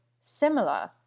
similar